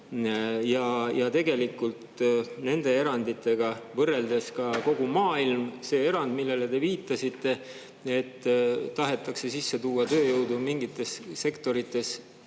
ja tegelikult nende eranditega võrreldes ka kogu maailmale. See erand, millele te viitasite, et tahetakse sisse tuua tööjõudu mingites sektorites